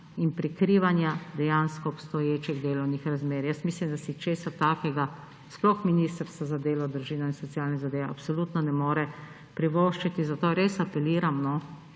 in prikrivanja dejansko obstoječih delovnih razmerij. Jaz mislim, da si česa takega sploh ministrstvo za delo, družino in socialne zadeve absolutno ne more privoščiti. Zato res apeliram,